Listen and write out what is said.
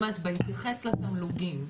אני אומרת בהתייחס לתמלוגים,